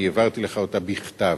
ואני העברתי לך אותה בכתב.